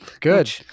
Good